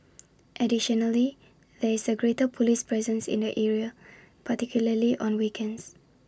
additionally there is A greater Police presence in the area particularly on weekends